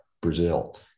Brazil